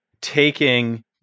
taking